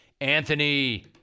Anthony